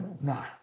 no